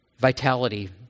Vitality